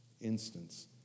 instance